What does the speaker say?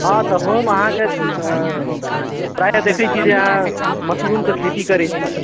हँ तऽ हम अहाँकेँ प्राय देखैत छी जे अहाँ मशरूमके खेती करैत छी